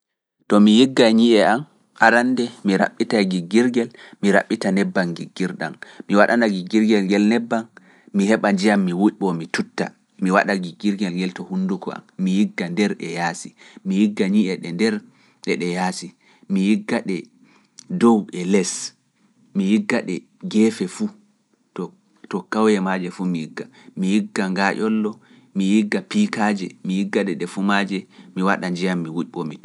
To mi yigga ñiiye am arande mi raɓɓita giggirgel, mi raɓɓita nebbam giggirɗam, mi waɗana giggirgel ngeel nebbam, mi heɓa njiyam mi wuɗɓo, mi tutta, mi waɗa giggirgel ngeel to hunduko am, mi yigga nder e yaasi, mi yigga ñiiye ɗe nder ɗe yaasi, mi yigga ɗe dow e les, mi yigga ɗe geefe fu, to kawoye maaje fu mi yigga. mi yigga ngaaƴollo, mi yigga pi piikaaji mi yigga ɗe ɗe fumaaji mi waɗa njiyam mi wuƴɓo mi too.